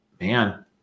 Man